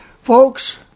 Folks